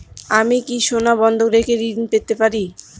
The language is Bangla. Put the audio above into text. আমি কি সোনা বন্ধক রেখে ঋণ পেতে পারি?